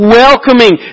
welcoming